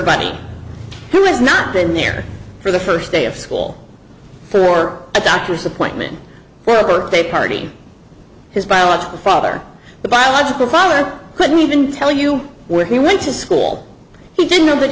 has not been there for the st day of school for a doctor's appointment well birthday party his biological father the biological father couldn't even tell you where he went to school he didn't know